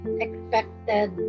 expected